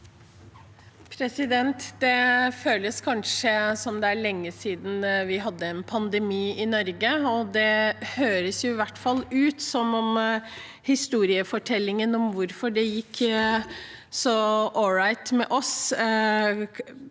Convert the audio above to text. Det føles kanskje som om det er lenge siden vi hadde en pandemi i Norge, og det høres i hvert fall ut som om historiefortellingen om hvorfor det gikk så ålreit med oss,